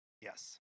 Yes